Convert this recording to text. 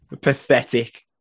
Pathetic